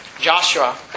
Joshua